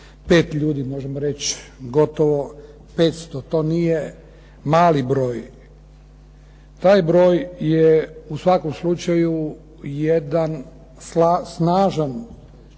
455 ljudi, možemo reći gotovo 500. To nije mali broj. Taj broj je u svakom slučaju jedan snažan